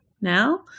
now